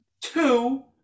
two